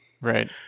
Right